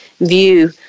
view